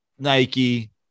Nike